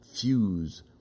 fuse